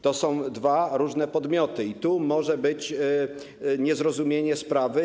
To są dwa różne podmioty i tu może być niezrozumienie sprawy.